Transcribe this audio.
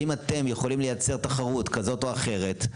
ואם אתם יכולים לייצר תחרות כזאת או אחרת,